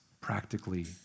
practically